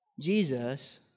Jesus